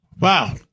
Wow